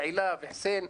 יעלה וחוסין,